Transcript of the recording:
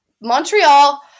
Montreal